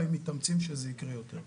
אנחנו מתאמצים שזה יקרה יותר.